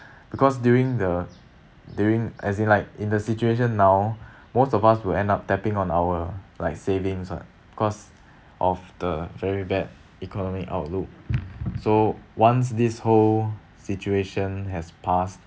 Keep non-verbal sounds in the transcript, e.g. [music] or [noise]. [breath] because during the during as in like in the situation now [breath] most of us will end up tapping on our like savings [what] cause [breath] of the very bad economy outlook so once this whole situation has passed